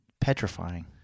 petrifying